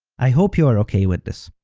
i hope you are okay with this.